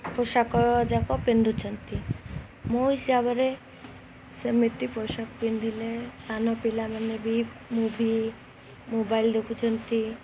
ପୋଷାକ ଯାକ ପିନ୍ଧୁଛନ୍ତି ମୋ ହିସାବରେ ସେମିତି ପୋଷାକ ପିନ୍ଧିଲେ ସାନ ପିଲାମାନେ ବି ମୁଭି ମୋବାଇଲ୍ ଦେଖୁଛନ୍ତି